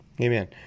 Amen